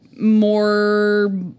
more